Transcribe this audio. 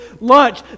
lunch